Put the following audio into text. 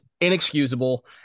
inexcusable